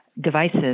devices